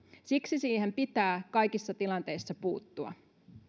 siksi siihen pitää kaikissa tilanteissa puuttua